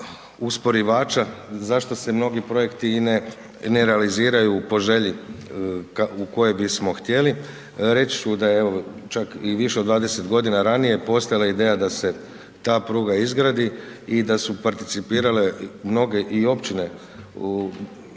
usporivača zašto se mnogi projekti i ne realiziraju po želju u kojoj bismo htjeli. Reći ću da je evo čak i više od 20 g. ranije postojala ideja da se ta pruga izgradi i da su participirale mnoge i općine